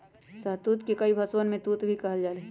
शहतूत के कई भषवन में तूत भी कहल जाहई